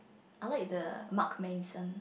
I like the Marc-Mason